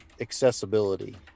accessibility